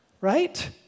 right